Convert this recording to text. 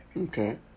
Okay